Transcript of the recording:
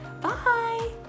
Bye